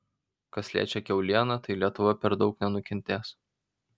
kas liečia kiaulieną tai lietuva per daug nenukentės